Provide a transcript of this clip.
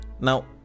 Now